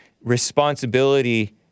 responsibility